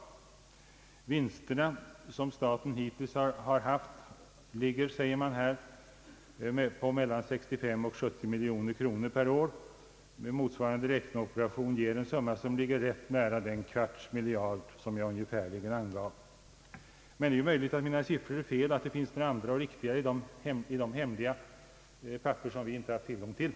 De vinster som staten hittills haft ligger, säger man, mellan 65 och 70 miljoner per år. Motsvarande räkneoperation ger en summa som ligger rätt nära den kvarts miljard jag ungefärligen angav. Men det är ju möjligt att mina siffror är felaktiga, och att det finns andra och riktigare i de hemliga papper som vi inte har tillgång till.